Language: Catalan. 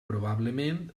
probablement